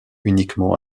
uniquement